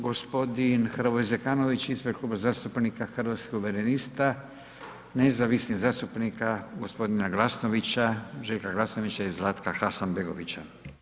Gospodin Hrvoje Zekanović ispred Kluba zastupnika Hrvatskih suverenista, nezavisnih zastupnika gospodina Glasnovića, Željka Glasnovića i Zlatka Hasanbegovića.